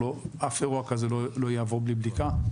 אף אירוע כזה לא יעבור בלי בדיקה.